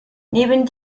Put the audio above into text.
neben